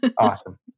Awesome